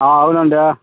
అవునండి